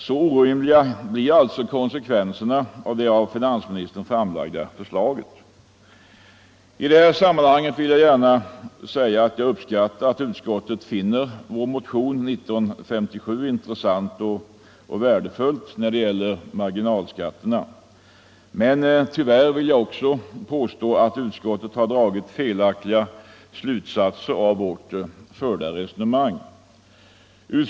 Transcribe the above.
Så orimliga blir alltså konsekvenserna av det förslag som finansministern framlagt. I detta sammanhang vill jag gärna säga att jag uppskattar att utskottet finner vår motion 1957 intressant och värdefull när det gäller marginalskatterna. Men tyvärr måste jag också påstå att utskottet har dragit felaktiga slutsatser av det resonemang vi fört.